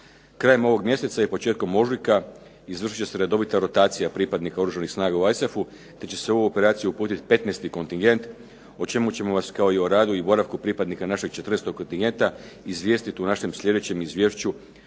Krajem ovog mjeseca i početkom ožujka izvršit će se redovita rotacija pripadnika Oružanih snaga u ISAF-u te će se u ovu operaciju uputiti 15. kontingent o čemu ćemo vas, kao i o radu i boravku pripadnika našeg 14. kontingenta izvijestit u našem sljedećem izvješću